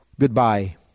goodbye